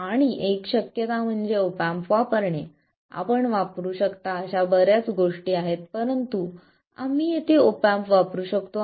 आणि एक शक्यता म्हणजे ऑप एम्प वापरणे आपण वापरु शकता अशा बर्याच गोष्टी आहेत परंतु आम्ही येथे ऑप एम्प वापरु शकतो